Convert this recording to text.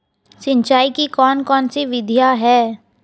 सिंचाई की कौन कौन सी विधियां हैं?